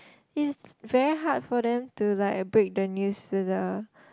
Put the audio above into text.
is very hard for them to like break the news to the